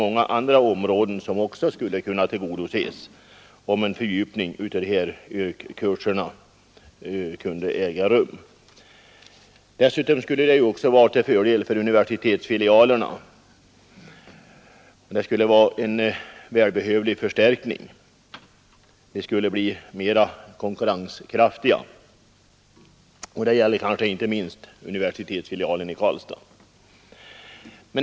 Många andra områden skulle kunna tillgodoses, om en fördjupning av YRK-kurserna kunde äga rum. Dessutom skulle det vara till fördel för universitetsfilialerna, som skulle få en välbehövlig förstärkning och bli mera konkurrenskraftiga. Det gäller kanske inte minst universitetsfilialen i Karlstad.